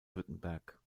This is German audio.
württemberg